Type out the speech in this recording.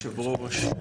יושבת ראש,